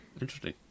Interesting